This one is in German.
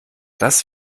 das